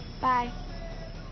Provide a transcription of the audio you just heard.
Bye